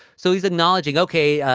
so he's acknowledging, ok,